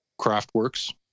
Craftworks